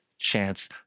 chance